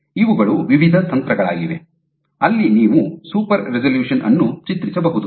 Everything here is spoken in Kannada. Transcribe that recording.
ಇವುಗಳು ವಿವಿಧ ತಂತ್ರಗಳಾಗಿವೆ ಅಲ್ಲಿ ನೀವು ಸೂಪರ್ ರೆಸಲ್ಯೂಶನ್ ಅನ್ನು ಚಿತ್ರಿಸಬಹುದು